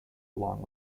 along